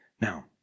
Now